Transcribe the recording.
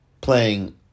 playing